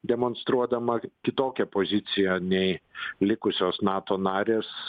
demonstruodama kitokią poziciją nei likusios nato narės